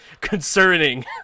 concerning